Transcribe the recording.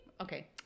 Okay